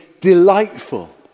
delightful